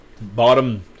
bottom